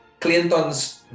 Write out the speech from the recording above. Clinton's